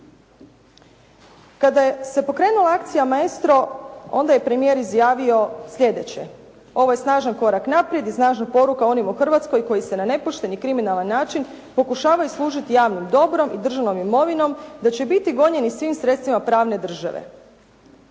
Kada se pokrenula akcija "Maestro", onda je premijer izjavio sljedeće: "Ovo je snažan korak naprijed i snažna poruka onima u Hrvatskoj koji se na nepošten i kriminalan način pokušavaju služiti javnim dobrom i državnom imovinom, da će biti gonjeni svim sredstvima pravne države.